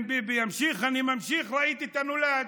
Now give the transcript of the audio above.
אם ביבי ימשיך, אני ממשיך, ראיתי את הנולד.